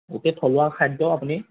গোটেই থলুৱা খাদ্য আপুনি